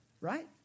Right